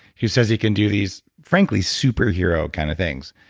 he says he can do these frankly superhero kind of things.